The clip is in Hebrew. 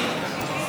תודה רבה.